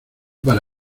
para